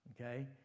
Okay